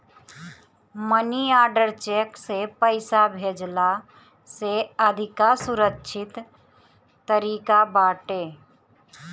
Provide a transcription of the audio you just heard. मनी order cheque से पईसा भेजला से अधिका सुरक्षित तरीका बाटे